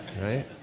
right